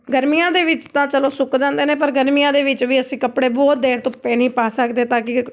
ਗਰਮੀਆਂ ਦੇ ਵਿੱਚ ਤਾਂ ਚਲੋ ਸੁੱਕ ਜਾਂਦੇ ਨੇ ਪਰ ਗਰਮੀਆਂ ਦੇ ਵਿੱਚ ਵੀ ਅਸੀਂ ਕੱਪੜੇ ਬਹੁਤ ਦੇਰ ਧੁੱਪੇ ਨਹੀਂ ਪਾ ਸਕਦੇ ਤਾਂ ਕਿ